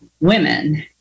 women